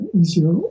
easier